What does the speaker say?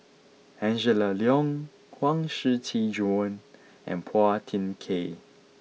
Angela Liong Huang Shiqi Joan and Phua Thin Kiay